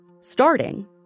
starting